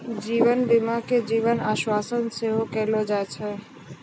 जीवन बीमा के जीवन आश्वासन सेहो कहलो जाय छै